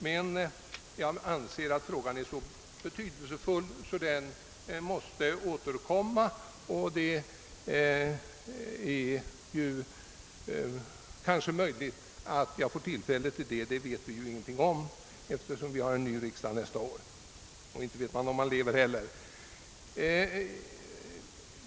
Men jag anser frågan vara så betydelsefull att den måste återkomma. Det är möjligt att jag får tillfälle att medverka härtill — det vet jag ingenting om, eftersom vi nästa år får en ny riksdag och jag inte heller vet om jag får leva till dess.